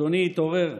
אדוני התעורר,